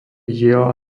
diela